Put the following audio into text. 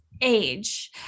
age